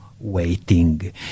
waiting